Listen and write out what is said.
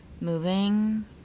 moving